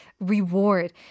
reward